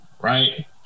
Right